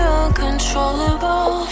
uncontrollable